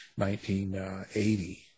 1980